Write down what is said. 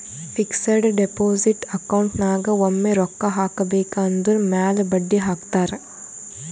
fixed deposit account ನಾಗ್ ಒಮ್ಮೆ ರೊಕ್ಕಾ ಹಾಕಬೇಕ್ ಅದುರ್ ಮ್ಯಾಲ ಬಡ್ಡಿ ಹಾಕ್ತಾರ್